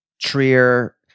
Trier